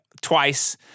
twice